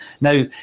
now